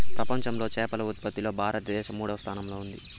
ప్రపంచంలో చేపల ఉత్పత్తిలో భారతదేశం మూడవ స్థానంలో ఉంది